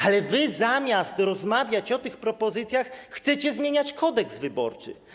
Ale wy, zamiast rozmawiać o tych propozycjach, chcecie zmieniać Kodeks wyborczy.